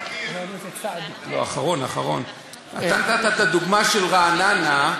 אתה נתת את הדוגמה של רעננה,